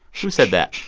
who said that?